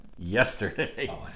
Yesterday